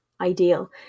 ideal